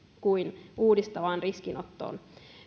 kuin uudistavaan riskinottoon